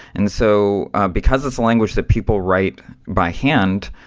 and so because it's a language that people right by hand,